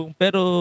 pero